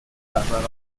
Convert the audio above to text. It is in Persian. رهبران